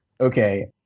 Okay